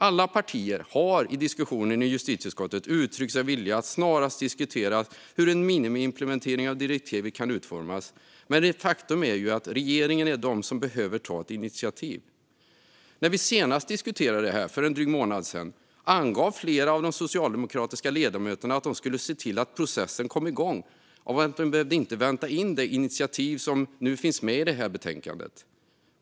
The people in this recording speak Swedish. Alla partier har i diskussionen i justitieutskottet uttryckt sig villiga att snarast diskutera hur en minimiimplementering av direktivet kan utformas. Men faktum är att det är regeringen som behöver ta ett initiativ. När vi senast diskuterade detta för en månad sedan angav flera av de socialdemokratiska ledamöterna att de skulle se till att processen kom igång och att vi inte behövde vänta in det initiativ som nu finns med i detta betänkande.